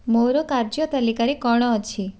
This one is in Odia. ମୋର କାର୍ଯ୍ୟ ତାଲିକାରେ କ'ଣ ଅଛି